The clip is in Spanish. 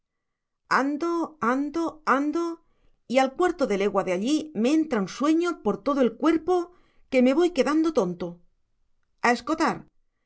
ando ando ando y al cuarto de legua de allí me entra un sueño por todo el cuerpo como que me voy quedando tonto a escotar